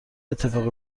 اتفاقی